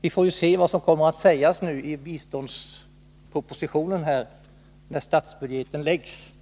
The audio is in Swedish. Vi får se vad som kommer att sägas i biståndsdelen av budgetpropositionen när statsbudgeten läggs